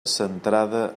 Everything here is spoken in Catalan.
centrada